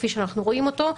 כפי שאנחנו רואים אותו,